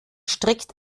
strikt